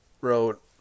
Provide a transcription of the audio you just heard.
wrote